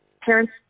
parents